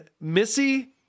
Missy